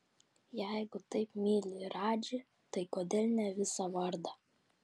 jeigu taip myli radžį tai kodėl ne visą vardą